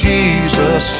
Jesus